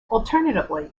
alternatively